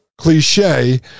cliche